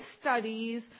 studies